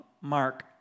mark